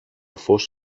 φως